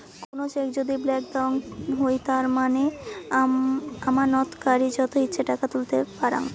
কুনো চেক যদি ব্ল্যান্ক দেওয়াঙ হই তার মানে আমানতকারী যত ইচ্ছে টাকা তুলতে পারাং